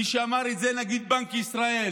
מי שאמר את זה הוא נגיד בנק ישראל,